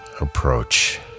approach